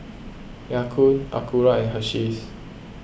Ya Kun Acura and Hersheys